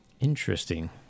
Interesting